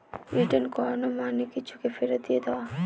return করানো মানে কিছুকে ফেরত দিয়ে দেওয়া